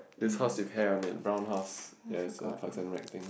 this horse with hair on it brown horse ya it's a thing